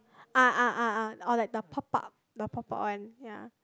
ah ah ah ah or like the pop out the pop out one ya